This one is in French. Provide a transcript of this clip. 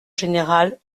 général